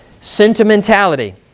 sentimentality